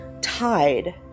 tied